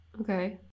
Okay